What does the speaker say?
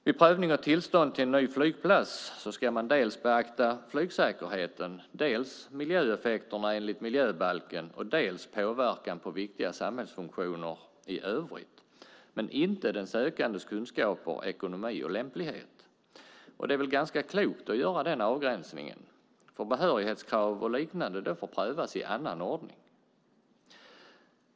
Vid prövning av tillstånd för en ny flygplats ska man dels beakta flygsäkerheten, dels miljöeffekterna enligt miljöbalken, dels påverkan på viktiga samhällsfunktioner i övrigt, men inte den sökandes kunskaper, ekonomi och lämplighet. Det är ganska klokt att göra denna avgränsning. Behörighetskrav och liknande får prövas i en annan ordning.